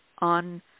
on